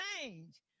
change